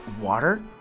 water